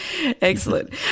Excellent